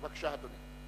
בבקשה, אדוני.